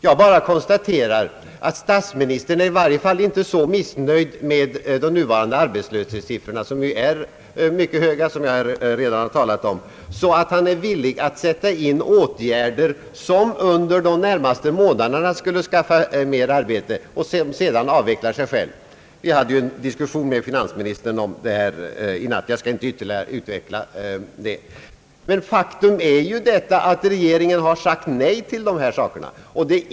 Jag bara konstaterar att statsministern 1 varje fall inte är så missnöjd med de nuvarande arbetslöshetssiffrorna — som ju är mycket höga såsom jag redan har talat om — att han är villig att sätta in åtgärder som under de närmaste månaderna skulle skaffa flera arbete och sedan avveckla sig själva. Vi hade en diskussion med finansministern om detta i natt. Jag skall inte ytterligare utveckla det. Men faktum är att regeringen har sagt nej till dessa saker.